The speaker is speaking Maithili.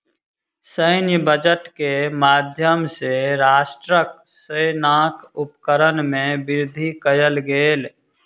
सैन्य बजट के माध्यम सॅ राष्ट्रक सेनाक उपकरण में वृद्धि कयल गेल